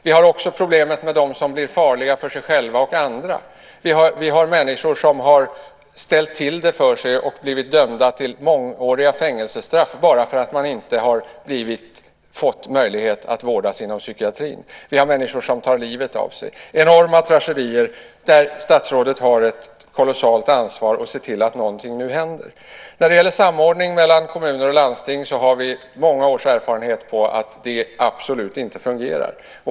Vi har också problemet med dem som blir farliga för sig själva och andra. Vi har människor som har ställt till det för sig och blivit dömda till mångåriga fängelsestraff bara för att de inte har fått möjlighet att vårdas inom psykiatrin. Vi har människor som tar livet av sig. Det är enorma tragedier, där statsrådet har ett kolossalt ansvar att se till att någonting nu händer. När det gäller samordning mellan kommuner och landsting har vi många års erfarenhet av att det absolut inte fungerar.